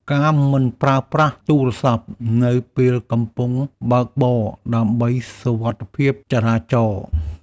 ការមិនប្រើប្រាស់ទូរស័ព្ទនៅពេលកំពុងបើកបរ ដើម្បីសុវត្ថិភាពចរាចរណ៍។